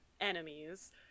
enemies